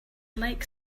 like